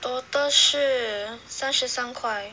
total 是三十三块